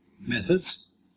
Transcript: methods